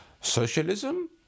socialism